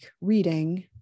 reading